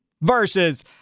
Versus